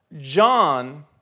John